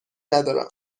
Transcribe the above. ندارم